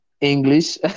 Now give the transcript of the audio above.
English